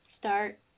Start